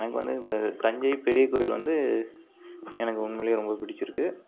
எனக்கு வந்து இப்போ தஞ்சை பெரிய கோவில் வந்து எனக்கு உண்மையில் ரொம்ப பிடிச்சிருக்கு